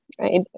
right